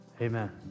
Amen